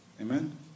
Amen